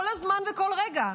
כל הזמן וכל רגע.